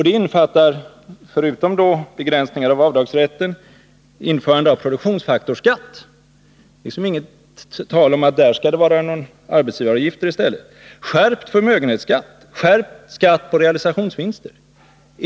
Det innefattar då, förutom begränsningar av avdragsrätten, införande av produktionsfaktorsskatt — det är liksom inget tal om att det skall vara arbetsgivaravgifter i stället — samt skärpt förmögenhetsskatt och skärpt skatt på realisationsvinster.